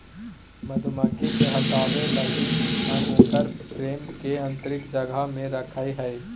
मधुमक्खी के हटाबय लगी हम उकर फ्रेम के आतंरिक जगह में रखैय हइ